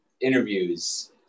interviews